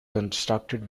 constructed